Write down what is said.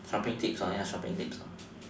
shopping tips ya shopping tips